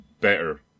better